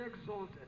exalted